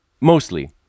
mostly